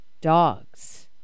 dogs